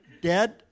dead